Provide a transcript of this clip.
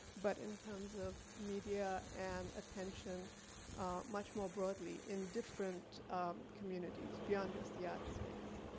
but in terms of media and attention much more broadly in different communities, beyond just the art space.